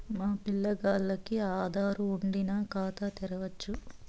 మా పిల్లగాల్లకి ఆదారు వుండిన ఖాతా తెరవచ్చు